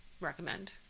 recommend